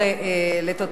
בעד, 10,